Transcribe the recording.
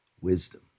wisdom